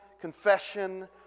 confession